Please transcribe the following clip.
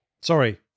Sorry